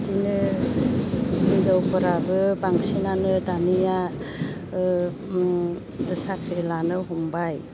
बिदिनो हिनजाफोराबो बांसिनानो दानिया ओ उम साख्रि लानो हमबाय